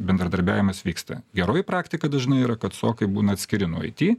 bendradarbiavimas vyksta geroji praktika dažnai yra kad sokai būna atskiri nuo it